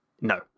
No